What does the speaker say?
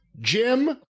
Jim